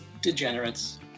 degenerates